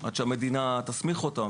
עד שהמדינה תסמיך אותם.